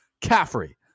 Caffrey